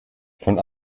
von